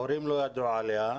ההורים לא ידעו עליה,